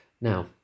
Now